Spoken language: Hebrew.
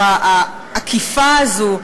או העקיפה הזאת,